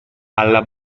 alla